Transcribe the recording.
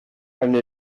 eine